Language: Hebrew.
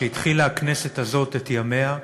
שכשהתחילה הכנסת הזאת את ימיה,